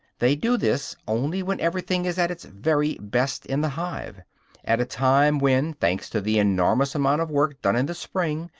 they do this only when everything is at its very best in the hive at a time when, thanks to the enormous amount of work done in the spring,